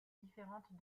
différentes